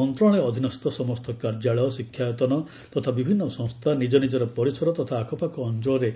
ମନ୍ତ୍ରଣାଳୟ ଅଧୀନସ୍ଥ ସମସ୍ତ କାର୍ଯ୍ୟାଳୟ ଶିକ୍ଷାୟତ୍ତନ ତଥା ବିଭିନ୍ନ ସଂସ୍ଥା ନିଜ ନିଜର ପରିସର ତଥା ଆଖପାଖ ଅଞ୍ଚଳରେ